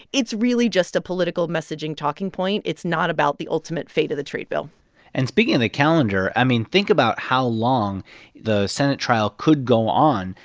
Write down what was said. it's really just a political messaging talking point. it's not about the ultimate fate of the trade bill and speaking of and the calendar, i mean, think about how long the senate trial could go on.